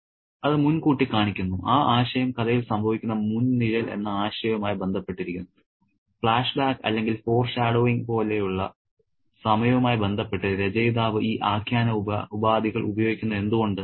അത് മുൻകൂട്ടി കാണിക്കുന്നു ആ ആശയം കഥയിൽ സംഭവിക്കുന്ന മുൻനിഴൽ എന്ന ഈ ആശയവുമായി ബന്ധപ്പെട്ടിരിക്കുന്നു ഫ്ലാഷ്ബാക്ക് അല്ലെങ്കിൽ ഫോർഷാഡോയിങ് പോലെയുള്ള സമയവുമായി ബന്ധപ്പെട്ട് രചയിതാവ് ഈ ആഖ്യാന ഉപാധികൾ ഉപയോഗിക്കുന്നത് എന്തുകൊണ്ട്